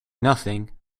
nothing